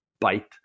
bite